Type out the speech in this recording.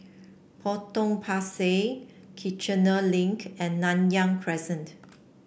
Potong Pasir Kiichener Link and Nanyang Crescent